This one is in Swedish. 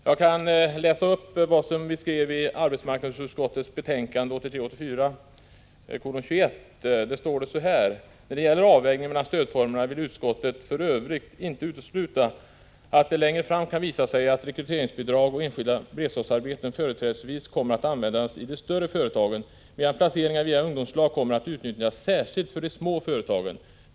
Jag kan läsa upp vad arbetsmarknadsutskottet skrev i sitt betänkande 1983/84:21: ”När det gäller avvägningen mellan stödformerna vill utskottet för övrigt inte utesluta att det längre fram kan visa sig att rekryteringsbidrag och enskilda beredskapsarbeten företrädesvis kommer att användas i de större företagen medan placeringar via ungdomslag kommer att utnyttjas särskilt för de små företagen.